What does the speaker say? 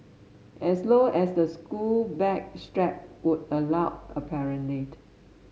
as low as the school bag strap would allow apparently